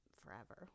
forever